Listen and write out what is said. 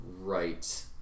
right